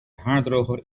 haardroger